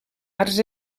arts